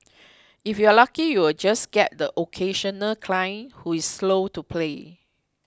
if you're lucky you'll just get the occasional client who's slow to pay